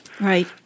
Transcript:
Right